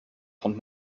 von